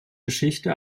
geschichte